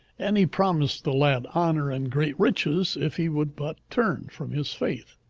and he promised the lad honour and great riches if he would but turn from his faith.